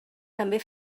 també